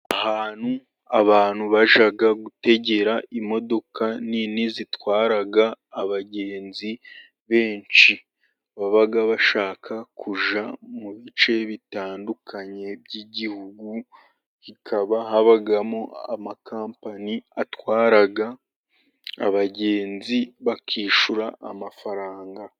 Ahantu abantu bajya gutegera imodoka nini zitwara abagenzi benshi. Baba bashaka kujya mu bice bitandukanye by'igihugu, hakaba habamo amakompanyi atwara abagenzi bakishura amafaranga.